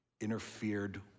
interfered